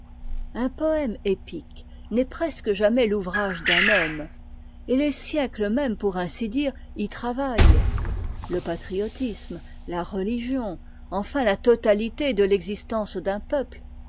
un poëme épique n'est presque jamais l'ouvrage d'un homme et les siècles mêmes pour ainsi dire y travaillent le patriotisme la religion enfin la totalité de l'existence d'un peuple